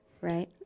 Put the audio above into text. right